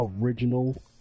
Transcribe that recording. original